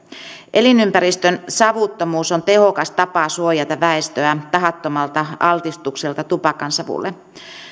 elinympäristön savuttomuus on tehokas tapa suojata väestöä tahattomalta altistukselta tupakansavulle